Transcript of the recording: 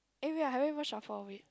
eh I haven't even shuffle wait